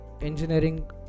engineering